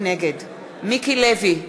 נגד מיקי לוי,